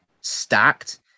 stacked